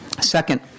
Second